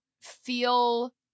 feel